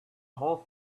whole